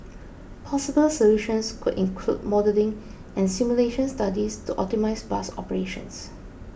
possible solutions could include modelling and simulation studies to optimise bus operations